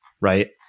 right